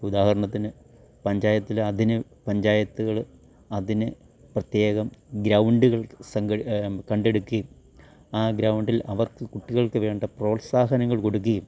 ഇപ്പോൾ ഉദാഹരണത്തിന് പഞ്ചായത്തിലതിന് പഞ്ചായത്തുകൾ അതിന് പ്രത്യേകം ഗ്രൗണ്ടുകൾ സംഘടി കണ്ടെടുക്കുകയും ആ ഗ്രൗണ്ടിൽ അവർക്ക് കുട്ടികൾക്കു വേണ്ട പ്രോത്സാഹനങ്ങൾ കൊടുക്കുകയും